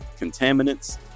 contaminants